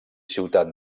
ciutat